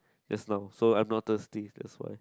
just now so I'm not thirsty that's why